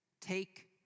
Take